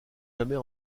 jamais